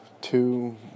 two